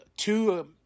Two